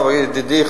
ידידי,